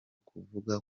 kuvuga